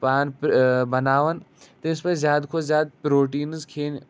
پانہٕ بَناوان تٔمِس پَزِ زیادٕ کھۄتہٕ زیادٕ پرٛوٹیٖنٕز کھیٚنۍ